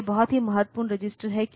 AD0 से AD7 तक data bus भी दी जाती है